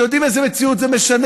אתם יודעים איזו מציאות זה משנה?